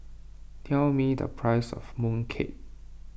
tell me the price of Mooncake